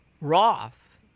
Roth